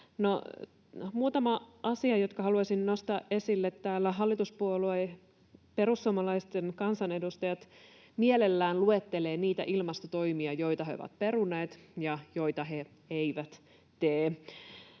muutama asia, jotka haluaisin nostaa esille: Täällä hallituspuolue perussuomalaisten kansanedustajat mielellään luettelevat niitä ilmastotoimia, joita he ovat peruneet ja joita he eivät tee,